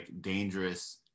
dangerous